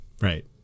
Right